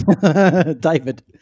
David